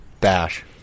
bash